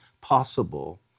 possible